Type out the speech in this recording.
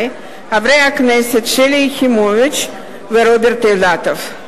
חברי חברי הכנסת שלי יחימוביץ ורוברט אילטוב.